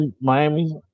Miami